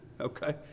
Okay